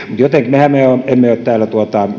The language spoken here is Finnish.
mehän emme ole täällä